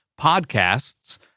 podcasts